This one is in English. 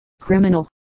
criminal